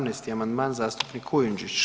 17. amandman zastupnik Kujundžić.